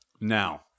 Now